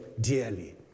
dearly